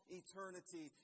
eternity